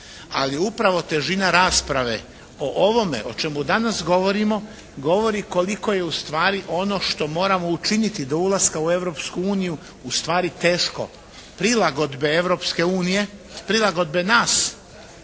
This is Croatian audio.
Ali upravo težina rasprava o ovome o čemu danas govorimo govori koliko je ustvari ono što moramo učiniti do ulaska u Europsku uniju ustvari teško. Prilagodbe Europske unije, prilagodbe nas